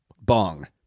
Bong